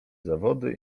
zawody